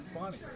funny